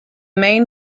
main